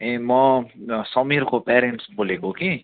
ए म समीरको प्यारेन्ट्स बोलेको कि